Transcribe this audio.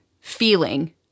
feeling